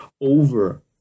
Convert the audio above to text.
over